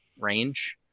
range